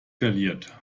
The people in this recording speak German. verliert